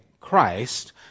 Christ